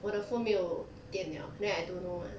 我的 phone 没有电了 then I don't know mah